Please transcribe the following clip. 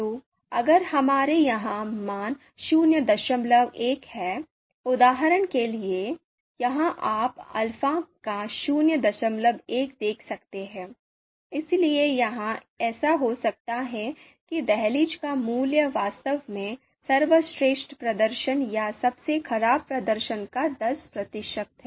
तो अगर हमारे यहाँ मान ०१ है उदाहरण के लिए यहां आप अल्फ़ा क में 01 देख सकते हैं इसलिए यह ऐसा हो सकता है कि दहलीज का मूल्य वास्तव में सर्वश्रेष्ठ प्रदर्शन या सबसे खराब प्रदर्शन का दस प्रतिशत है